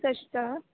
ਸਤਿ ਸ਼੍ਰੀ ਅਕਾਲ